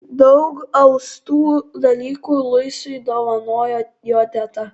daug austų dalykų luisui dovanojo jo teta